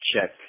check